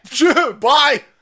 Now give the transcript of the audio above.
Bye